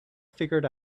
figured